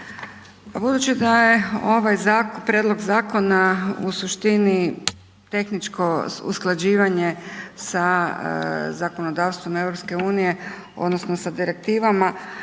budući da je ovaj prijedlog zakona u suštini tehničko usklađivanje sa zakonodavstvom EU odnosno sa direktivama